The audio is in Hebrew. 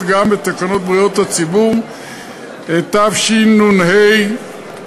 גם בתקנות בריאות הציבור (מזון) (שיווק ביצי מאכל),